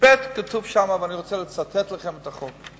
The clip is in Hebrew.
שכתוב בו, ואני רוצה לצטט לכם את החוק,